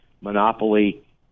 monopoly